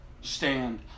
Stand